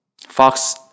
Fox